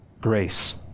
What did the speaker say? grace